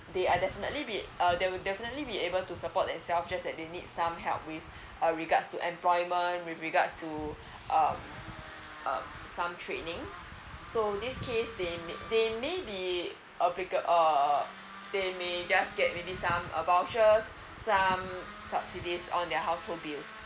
they are definitely be uh they will definitely be able to support themselves just that they need some help with uh regards to employment with regards to uh uh some training so this case they they maybe appli~ err they may just get maybe some uh vouchers some subsidies on their household bills